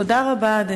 תודה רבה.